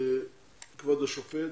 כבוד השופט,